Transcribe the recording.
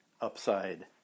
upside